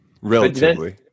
Relatively